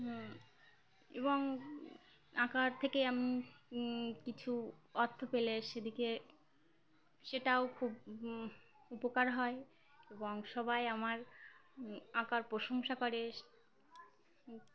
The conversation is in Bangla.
এবং আঁকার থেকে আমি কিছু অর্থ পেলে সেদিকে সেটাও খুব উপকার হয় এবং সবাই আমার আঁকার প্রশংসা করে